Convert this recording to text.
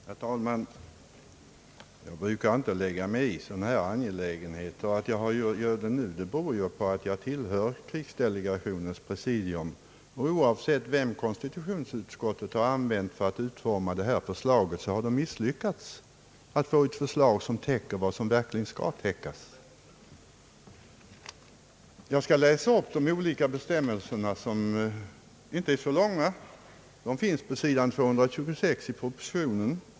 Herr talman! Jag brukar inte lägga mig i angelägenheter av detta slag. Anledningen till att jag gör det nu är att jag tillhör krigsdelegationens presidium. Oavsett vem konstitutionsutskottet har anlitat för att utforma förslaget har utskottet misslyckats när det gäller att utforma ett förslag som täcker vad som verkligen skall täckas. Jag skall be att få läsa upp bestämmelserna om krigsdelegationen, som återges i utskottets betänkande på s. 226; de är inte så långa.